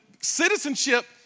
citizenship